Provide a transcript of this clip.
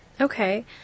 Okay